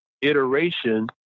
iteration